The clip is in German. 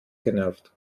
genervt